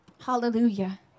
Hallelujah